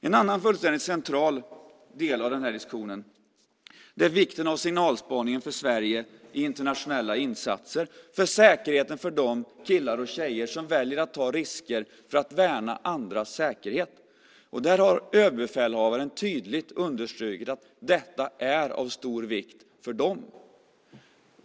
En annan fullständigt central del av den här diskussionen är vikten av signalspaningen för Sverige i internationella insatser och för säkerheten för de killar och tjejer som väljer att ta risker för att värna andras säkerhet. Överbefälhavaren har tydligt understrukit att detta är av stor vikt för dem.